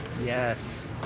Yes